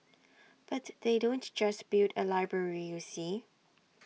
but they don't just build A library you see